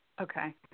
Okay